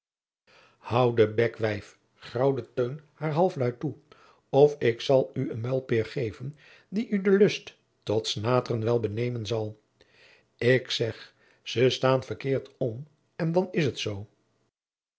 bek wijf graauwde teun haar halfluid toe of ik zal oe een muilpeer geven jacob van lennep de pleegzoon die oe de lust tot snaôteren wel benemen zal ik zeg ze staôn verkeerd om en dan is het zoo